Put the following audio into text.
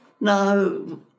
no